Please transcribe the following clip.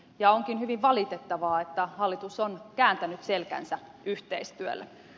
onkin hyvin valitettavaa että hallitus on kääntänyt selkänsä yhteistyölle